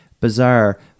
bizarre